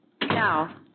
Now